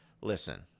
Listen